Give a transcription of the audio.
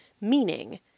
meaning